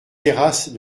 terrasse